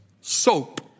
Soap